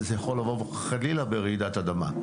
זה יכול לבוא חלילה ברעידת אדמה.